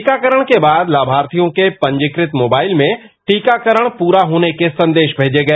टीकाकरण के बाद लाभार्थियों के पंजीकृत मोबाइल में टीकाकरण पूरा होने के संदेश मिल गए